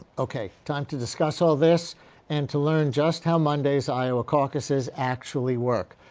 okay. time to discuss all this and to learn just how monday's iowa caucuses actually work.